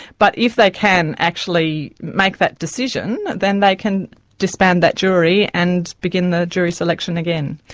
but if they can actually make that decision, then they can disband that jury and begin the jury selection again.